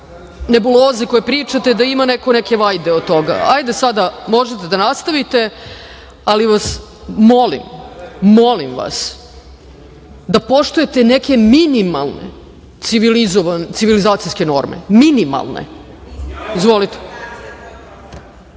nebuloze koje pričate da ima neko neke vajde od toga. Sada, možete da nastavite, ali vas molim da poštujete neke minmalne civilizacijske norme, minimalne. Izvolite.